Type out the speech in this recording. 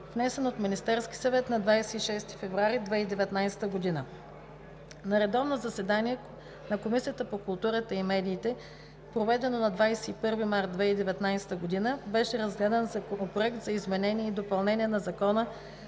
внесен от Министерския съвет на 26 февруари 2019 г. На редовно заседание на Комисията по културата и медиите, проведено на 21 март 2019 г. беше разгледан Законопроект за изменение и допълнение на Закона